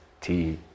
tea